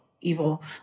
evil